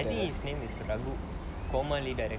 I think his name is ragu formerly director